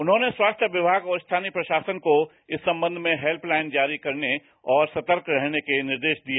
उन्होंने स्वास्थ्य विभाग और स्थानीय प्रशासन को इस संबंध में हेल्पलाइन नंबर जारी करने और सतर्क रहने के निर्देश दिए